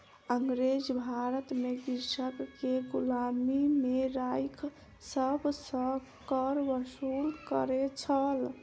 अँगरेज भारत में कृषक के गुलामी में राइख सभ सॅ कर वसूल करै छल